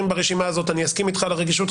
ברשימה הזאת אני אסכים איתך על הרגישות,